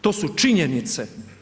To su činjenice.